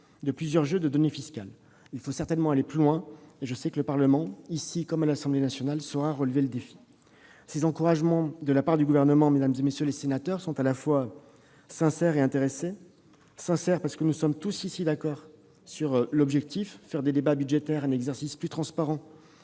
de plusieurs jeux de données fiscales. Il faut certainement aller plus loin, et je sais que le Parlement, ici comme à l'Assemblée nationale, saura relever le défi. Ces encouragements de la part du Gouvernement, mesdames, messieurs les sénateurs, sont à la fois sincères et intéressés : sincères, parce que nous sommes tous ici d'accord sur l'objectif, à savoir faire des débats budgétaires un exercice plus transparent,